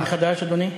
להתחיל מחדש, אדוני?